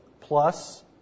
plus